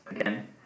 again